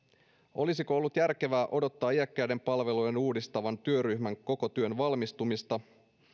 olisiko ollut järkevää odottaa iäkkäiden palvelujen uudistamisen työryhmän koko työn valmistumista